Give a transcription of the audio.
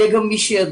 יהיה גם מי שידריך.